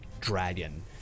dragon